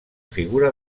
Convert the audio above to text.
figura